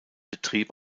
betrieb